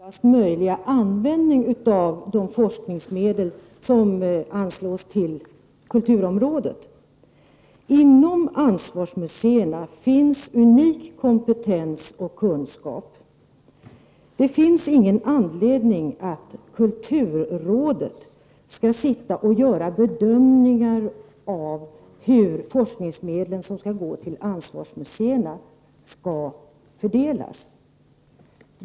Fru talman! Vi moderater vill ha effektivaste möjliga användning av de forskningsmedel som anslås på kulturområdet. Inom ansvarsmuseerna finns unik kompetens och kunskap. Det finns ingen anledning till att kulturrådet skall sitta och göra bedömningar av hur de forskningsmedel som skall gå till ansvarsmuseerna skall fördelas.